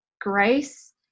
grace